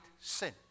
sin